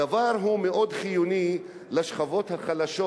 הדבר הוא מאוד חיוני לשכבות החלשות,